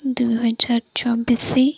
ଦୁଇହଜାର ଚବିଶ